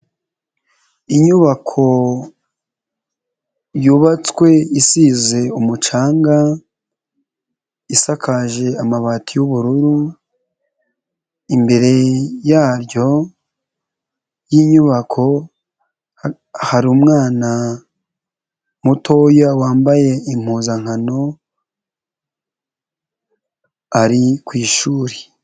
Inyubako yubatswe isize umucanga, isakaje amabati yubururu, imbere yayo y'inyubako haru umwana mutoya wambaye impuzankano ari ku ishuri.